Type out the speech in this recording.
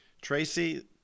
Tracy